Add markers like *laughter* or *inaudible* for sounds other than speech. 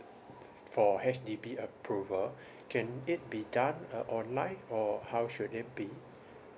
*noise* for H_D_B approval can it be done uh online or how should it be